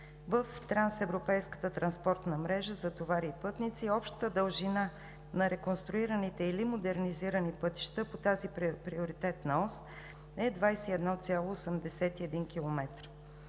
мрежа за товари и пътници, общата дължина на реконструираните или модернизирани пътища по тази приоритетна ос е 21,81 км.